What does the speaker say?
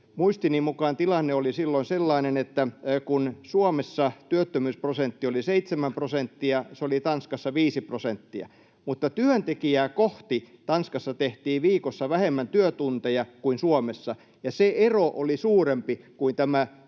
Muistini mukaan tilanne oli silloin sellainen, että kun Suomessa työttömyysprosentti oli seitsemän prosenttia, se oli Tanskassa viisi prosenttia. Mutta työntekijää kohti Tanskassa tehtiin viikossa vähemmän työtunteja kuin Suomessa, ja se ero oli suurempi kuin tämä